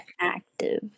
active